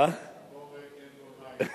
הבור ריק, אין בו מים,